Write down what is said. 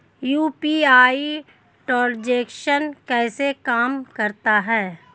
UPI transaction कैसे काम करता है?